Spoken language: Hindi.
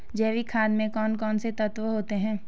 जैविक खाद में कौन कौन से तत्व होते हैं?